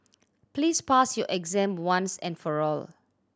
please pass your exam once and for all